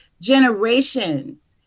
generations